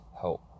help